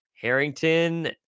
Harrington